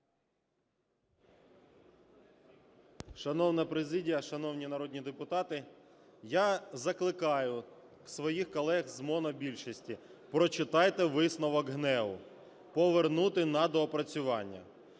Шановна президія, шановні народні депутати, я закликаю своїх колег з монобільшості, прочитайте висновок ГНЕУ: повернути на доопрацювання.